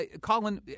Colin